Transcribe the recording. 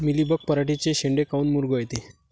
Mealybug पराटीचे चे शेंडे काऊन मुरगळते?